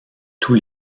tous